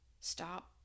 stop